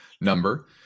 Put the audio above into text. number